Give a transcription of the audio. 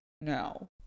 No